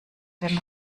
den